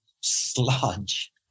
sludge